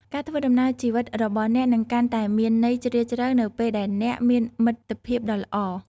ការធ្វើដំណើរជីវិតរបស់អ្នកនឹងកាន់តែមានន័យជ្រាលជ្រៅនៅពេលដែលអ្នកមានមិត្តភាពដ៏ល្អ។